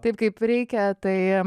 taip kaip reikia tai